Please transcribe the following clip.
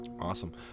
Awesome